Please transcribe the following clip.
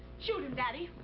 shoot him, daddy.